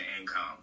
income